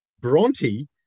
bronte